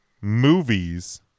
movies